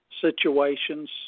situations